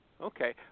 Okay